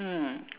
mm